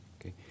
Okay